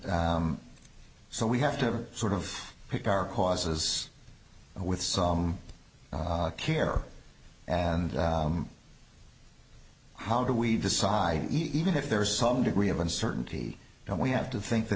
so we have to sort of pick our causes with some care and how do we decide even if there is some degree of uncertainty and we have to think that